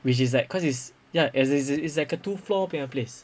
which is like cause it's ya as it's it's it's like a two floor kind of place